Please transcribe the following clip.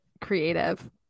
creative